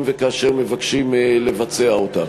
אם וכאשר מבקשים לבצע אותה.